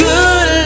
Good